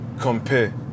compare